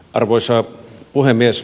arvoisa puhemies